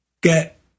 get